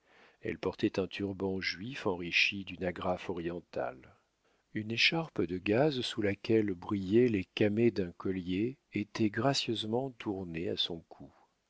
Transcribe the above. elle portait un turban juif enrichi d'une agrafe orientale une écharpe de gaze sous laquelle brillaient les camées d'un collier était gracieusement tournée à son cou